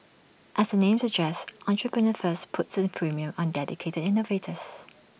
as the name suggests Entrepreneur First puts the premium on dedicated innovators